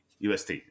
UST